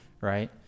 right